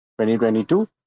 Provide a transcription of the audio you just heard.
2022